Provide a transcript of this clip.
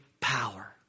Power